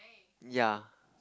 ya